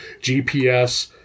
gps